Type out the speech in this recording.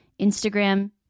Instagram